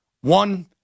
One